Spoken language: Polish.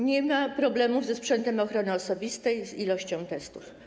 Nie ma problemów ze sprzętem ochrony osobistej, z ilością testów.